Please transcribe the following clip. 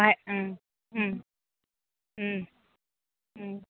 হয়